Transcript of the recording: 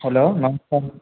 hello నమస్కారం